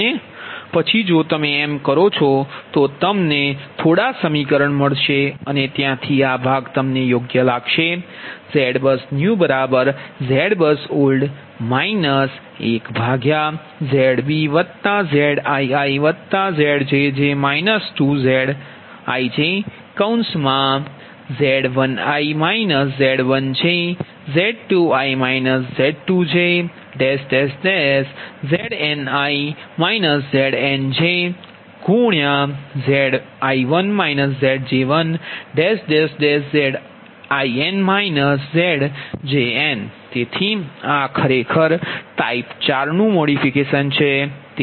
અને પછી જો તમે એમ કરો છો તો તમને થોડા સમીકરણ મળશે અને ત્યાંથી આ ભાગ તમને યોગ્ય લાગશે કારણ કે આ ZBUSNEWZBUSOLD 1ZbZiiZjj 2ZijZ1i Z1j Z2i Z2j Zni Znj Zi1 Zj1 Zi2 Zj2 Zin Zjn તેથી આ ખરેખર ટાઇપ 4 મોડિફિકેશન છે